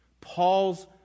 Paul's